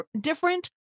different